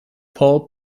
paul